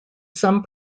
some